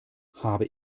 habe